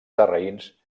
sarraïns